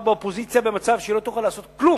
באופוזיציה במצב שהיא לא תוכל לעשות כלום.